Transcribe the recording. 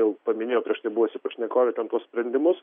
jau paminėjo prieš tai buvusi pašnekovė ten tuos sprendimus